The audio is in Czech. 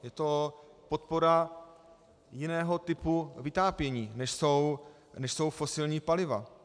Je to podpora jiného typu vytápění, než jsou fosilní paliva.